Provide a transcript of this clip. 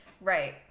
Right